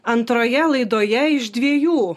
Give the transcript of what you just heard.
antroje laidoje iš dviejų